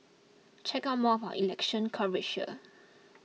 check out more of our election coverage here